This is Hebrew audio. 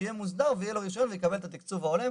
שיהיה לו רישיון והוא יקבל את התקצוב ההולם.